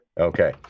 Okay